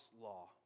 law